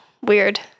weird